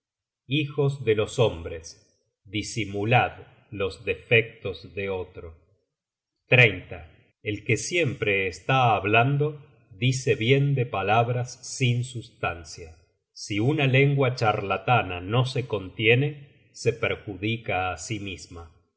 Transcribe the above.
hijos de los hombres disimulad los defectos de otro el que siempre está hablando dice bien de palabras sin sustancia si una lengua charlatana no se contiene se perjudica á sí misma